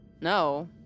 No